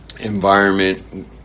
environment